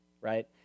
Right